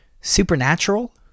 supernatural